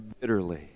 bitterly